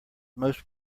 most